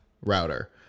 router